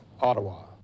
Ottawa